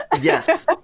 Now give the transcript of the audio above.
Yes